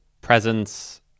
presence